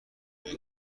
رنگ